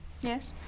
Yes